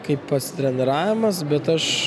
kaip pasitreniravimas bet aš